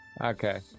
Okay